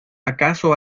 acaso